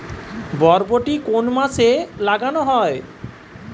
বরবটি কোন মাসে লাগানো হয়?